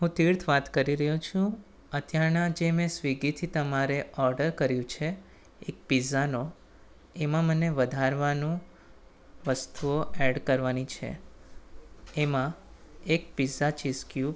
હું તીર્થ વાત કરી રહ્યો છું અત્યારના જે મેં સ્વીગીથી તમારે ઓડર કર્યું છે એક પિઝાનો એમાં મને વધારવાનું વસ્તુઓ એડ કરવાની છે એમાં એક પિઝા ચીઝ ક્યુબ